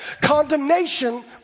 condemnation